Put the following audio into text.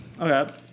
Okay